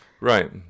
Right